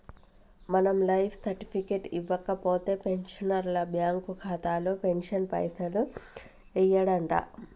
మనం life certificate ఇవ్వకపోతే pensioner bank ఖాతాలో పెన్షన్ పైసలు యెయ్యడంట